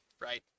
right